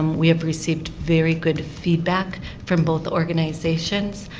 we have received very good feedback from both the organizations.